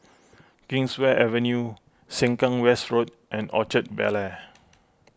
Kingswear Avenue Sengkang West Road and Orchard Bel Air